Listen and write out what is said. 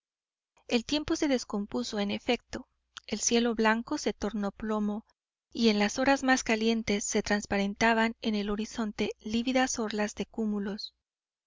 el tiempo se descompuso en efecto el cielo blanco se tornó plomo y en las horas más calientes se transparentaban en el horizonte lívidas orlas de cúmulos